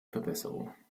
verbesserung